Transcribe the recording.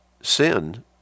Sin